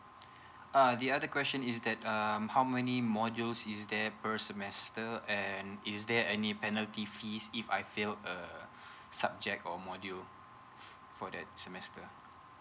uh the other question is that um how many modules is there per semester and is there any penalty fees if I fail a subject or module for that semester